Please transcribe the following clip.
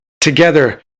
Together